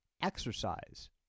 exercise